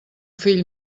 fill